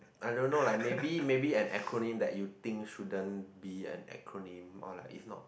I don't know like maybe maybe an acronym that you think shouldn't be an acronym or like if not